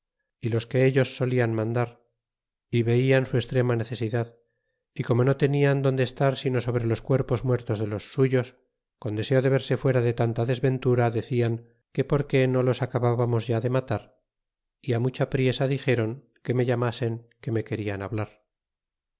y los que ellos solian y mandar y velan su extrema necesidad y como no tenias donde estar sino sobre los cuerpos muertos de los suyos con deseo de verse fuera de tanta desventura decian que por qué no los acahabantos ya de matar y mucha priesa dixét on que loe llamasen que me querida hablar